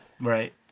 Right